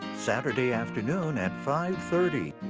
saturday afternoon at five thirty.